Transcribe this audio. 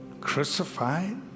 crucified